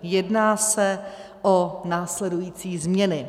Jedná se o následující změny: